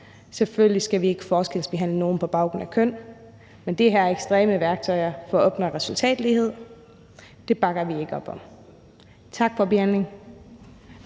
Selvfølgelig skal vi ikke forskelsbehandle nogen på baggrund af køn, men det her ekstreme værktøj for at opnå resultatlighed bakker vi ikke op om. Tak for behandlingen.